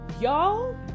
Y'all